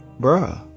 bruh